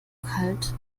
kalt